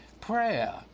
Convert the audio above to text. prayer